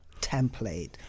template